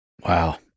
Wow